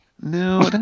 No